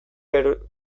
geruzatan